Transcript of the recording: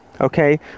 okay